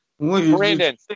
Brandon